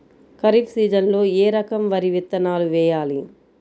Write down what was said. ఖరీఫ్ సీజన్లో ఏ రకం వరి విత్తనాలు వేయాలి?